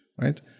right